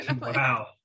Wow